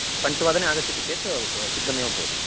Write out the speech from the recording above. पञ्चवादने आगच्छति चेत् सिद्धमेव भवति